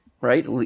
right